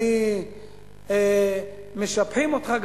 משבחים אותך,